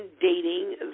dating